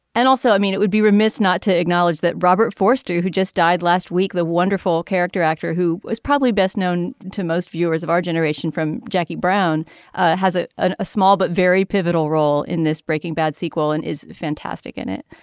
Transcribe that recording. and also i mean it would be remiss not to acknowledge that robert foster who who just died last week the wonderful character actor who was probably best known to most viewers of our generation from jackie brown has ah a small but very pivotal role in this breaking bad sequel and is fantastic in it